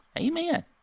Amen